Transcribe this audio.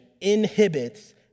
inhibits